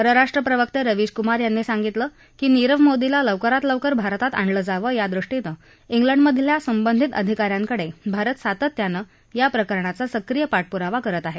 परराष्ट्र प्रवक्ते रवीश कुमार यांनी सांगितलं की नीरव मोदीला लवकरात लवकर भारतात आणलं जावं या दृष्टीनं इंग्लंडमधील संबंधित अधिकाऱ्यांकडे भारत सातत्यानं या प्रकरणाचा सक्रीय पाठप्रावा करत आहे